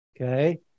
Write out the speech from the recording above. okay